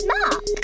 Mark